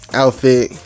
outfit